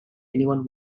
anyone